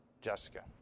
Jessica